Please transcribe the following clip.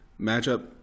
matchup